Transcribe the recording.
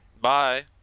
bye